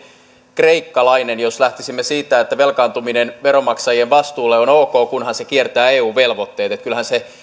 kreikkalainen jos lähtisimme siitä että velkaantuminen veronmaksajien vastuulle on ok kunhan se kiertää eun velvoitteet